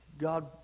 God